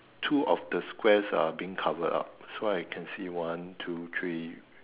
two of the squares are being covered up so I can see one two three